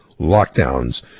lockdowns